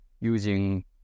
using